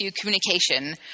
communication